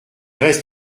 reste